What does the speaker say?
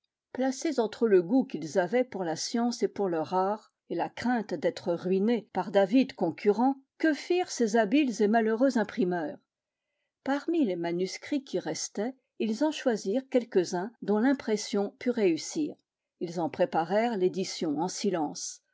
placés entre le goût qu'ils avaient pour la science et pour leur art et la crainte d'être ruinés par d'avides concurrents que firent ces habiles et malheureux imprimeurs parmi les manuscrits qui restaient ils en choisirent quelques-uns dont l'impression pût réussir ils en préparèrent l'édition en silence